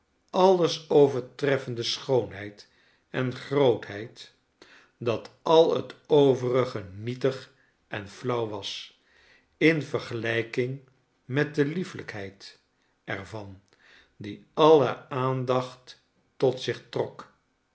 alles overtreffende schoonheid en grootheid dat al het overige nietig en flauw was in vergelijking met de liefelijkheid er van die alle aandacht tot zich trok